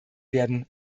werden